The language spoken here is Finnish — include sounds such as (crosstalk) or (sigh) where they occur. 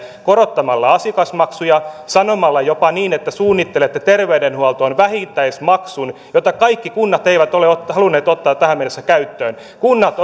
(unintelligible) korottamalla asiakasmaksuja sanomalla jopa niin että suunnittelette terveydenhuoltoon vähittäismaksun jota kaikki kunnat eivät ole ole halunneet ottaa tähän mennessä käyttöön monet kunnat (unintelligible)